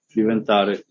diventare